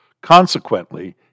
Consequently